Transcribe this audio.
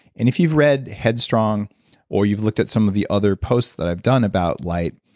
and if you've read head strong or you've looked at some of the other posts that i've done about light,